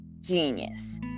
genius